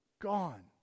gone